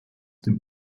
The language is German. dem